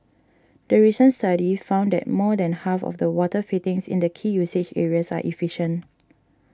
the recent study found that more than half of the water fittings in the key usage areas are efficient